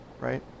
right